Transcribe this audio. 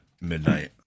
midnight